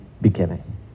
beginning